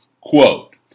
Quote